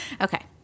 Okay